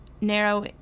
narrow